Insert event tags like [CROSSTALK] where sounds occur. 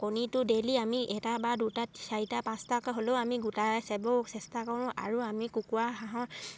কণীটো ডেইলি আমি এটা বা দুটা চাৰিটা পাঁচটাকে হ'লেও আমি গোটাই [UNINTELLIGIBLE] চেষ্টা কৰোঁ আৰু আমি কুকুৰা হাঁহৰ